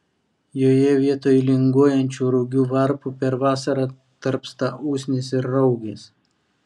joje vietoj linguojančių rugių varpų per vasarą tarpsta usnys ir raugės